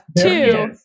Two